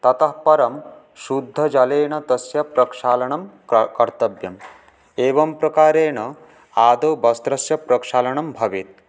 ततः परं शुद्धजलेन तस्य प्रक्षालनं कर् कर्तव्यम् एवं प्रकारेण आदौ वस्त्रस्य प्रक्षालनं भवेत्